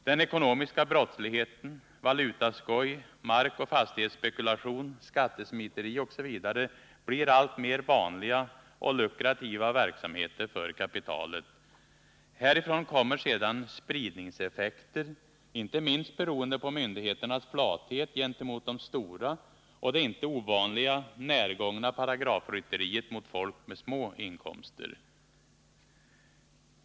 Den ekonomiska brottsligheten, valutaskoj, markoch fastighetsspekulation, skattesmiteri osv. blir alltmer vanliga och lukrativa verksamheter för kapitalet. Härifrån kommer sedan spridningseffekter, inte minst beroende på myndigheternas flathet gentemot de stora och det inte ovanliga närgångna paragrafrytteriet mot folk med små inkomster.